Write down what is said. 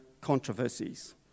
controversies